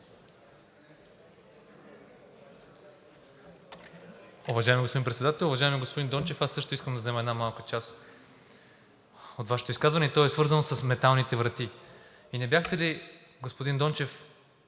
Уважаеми господин Председател! Уважаеми господин Дончев, аз също искам да взема една малка част от Вашето изказване, и то е свързано с металните врати. И не бяхте ли, господин Дончев,